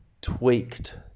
tweaked